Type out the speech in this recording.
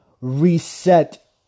reset